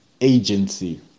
agency